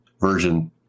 version